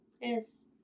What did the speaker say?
Yes